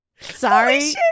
Sorry